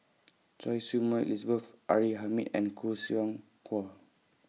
Choy Su Moi Elizabeth R A Hamid and Khoo Seow Hwa